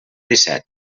disset